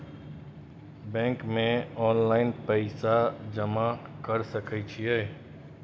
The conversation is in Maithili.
बैंक में ऑनलाईन पैसा जमा कर सके छीये?